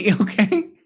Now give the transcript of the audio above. Okay